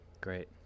Great